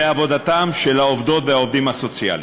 בעבודתם של העובדות והעובדים הסוציאליים.